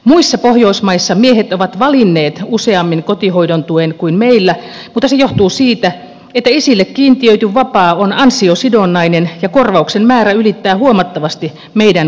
muissa pohjoismaissa miehet ovat valinneet useammin kotihoidon tuen kuin meillä mutta se johtuu siitä että isille kiintiöity vapaa on ansiosidonnainen ja korvauksen määrä ylittää huomattavasti meidän kotihoidon tukemme määrän